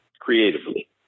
creatively